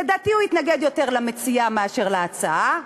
לדעתי הוא התנגד יותר למציעה מאשר להצעה.